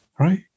right